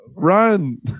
run